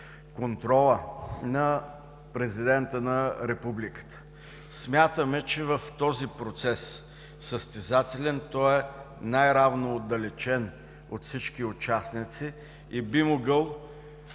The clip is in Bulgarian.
контрола на Президента на Републиката. Смятаме че в този състезателен процес той е най-равно отдалечен от всички участници и би могъл